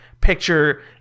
picture